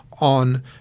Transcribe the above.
on